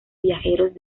viajeros